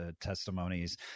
testimonies